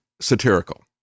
satirical